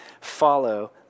follow